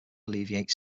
alleviate